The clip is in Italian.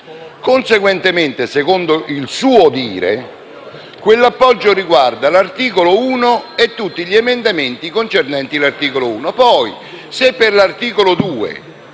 Conseguentemente, secondo il suo dire, quell'appoggio riguarda l'articolo 1 e tutti gli emendamenti concernenti l'articolo 1; poi, se per l'articolo 2